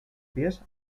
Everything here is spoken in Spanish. pies